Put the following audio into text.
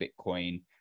bitcoin